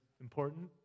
important